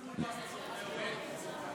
התשפ"ג 2023,